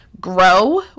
Grow